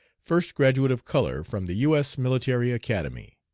first graduate of color from the u s. military academy